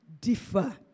differ